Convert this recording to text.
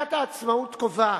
מגילת העצמאות קובעת: